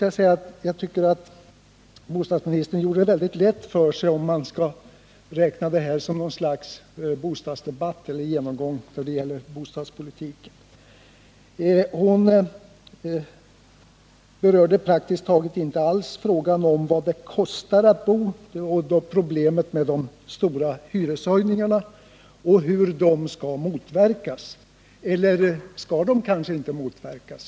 Jag tycker att bostadsministern gjorde det mycket lätt för sig, om man skall räkna detta som något slags bostadsdebatt eller genomgång av bostadspolitiken. Hon berörde praktiskt taget inte alls frågan om vad det kostar att bo, problemet med de stora hyreshöjningarna och hur de skall motverkas. Eller skall de kanske inte motverkas?